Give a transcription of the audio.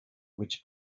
which